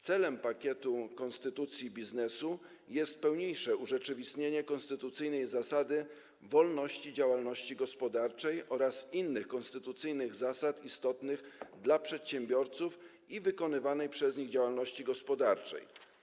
Celem pakietu „Konstytucja biznesu” jest pełniejsze urzeczywistnienie konstytucyjnej zasady wolności działalności gospodarczej oraz innych konstytucyjnych zasad istotnych dla przedsiębiorców i wykonywanej przez nich działalności gospodarczej.